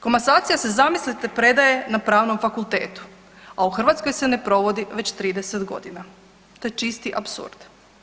Komasacija se, zamislite, predaje na pravnom fakultetu, a u Hrvatskoj se ne provodi već 30.g., to je čisti apsurd.